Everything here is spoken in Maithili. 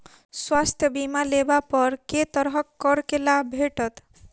स्वास्थ्य बीमा लेबा पर केँ तरहक करके लाभ भेटत?